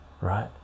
right